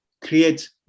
create